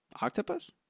octopus